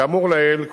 כאמור לעיל,